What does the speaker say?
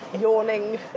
yawning